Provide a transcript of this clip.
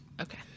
Okay